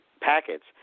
packets